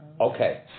Okay